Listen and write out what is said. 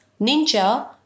ninja